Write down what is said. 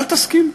אל תסכימו.